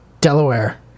Delaware